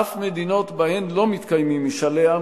אף מדינות שבהן לא מתקיימים משאלי עם